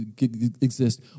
exist